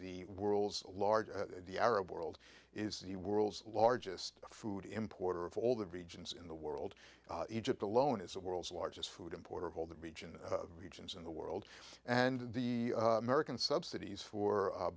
the world's largest the arab world is the world's largest food importer of all the regions in the world egypt alone is the world's largest food importer of all the region regions in the world and the american subsidies for